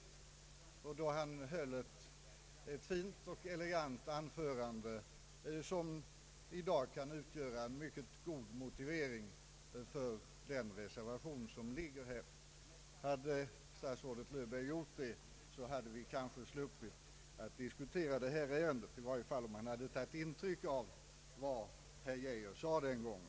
Statsrådet Geijer höll då ett fint och elegant anförande, som i dag kan utgöra en mycket god motivering för den reservation som finns fogad till utlåtandet. Hade statsrådet Löfberg läst det anförandet skulle vi kanske ha sluppit diskutera detta ärende — i varje fall om han hade tagit intryck av vad herr Geijer sade den gången.